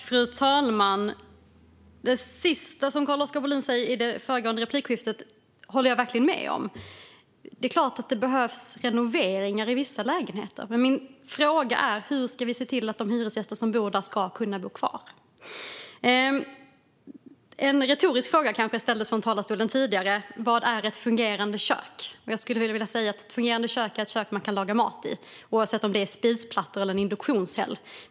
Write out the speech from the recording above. Fru talman! Det sista som Carl-Oskar Bohlin sa i det föregående replikskiftet håller jag verkligen med om. Det är klart att det behövs renoveringar i vissa lägenheter. Men min fråga är: Hur ska vi se till att de hyresgäster som bor där kan bo kvar? Det ställdes kanske en retorisk fråga från talarstolen tidigare: Vad är ett fungerande kök? Jag skulle vilja säga att ett fungerande kök är ett kök man kan laga mat i, oavsett om det är spisplattor eller en induktionshäll.